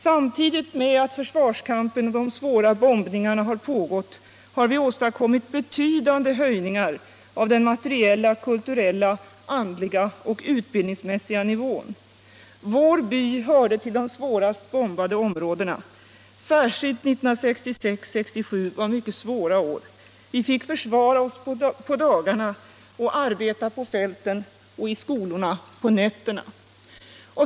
Samtidigt med att försvarskampen och de svåra bombningarna har pågått har vi åstadkommit betydande höjningar av den materiella, kulturella, andliga och utbildningsmässiga nivån. Vidare berättade hon: Vår by hörde till de svårast bombade områdena. Särskilt 1966-1967 var mycket svåra år. Vi fick försvara oss på dagarna och arbeta på fälten och i skolorna på nätterna.